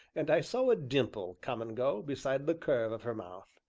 and i saw a dimple come and go, beside the curve of her mouth.